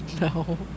No